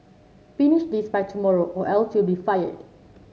finish this by tomorrow or else you'll be fired